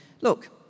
look